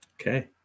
Okay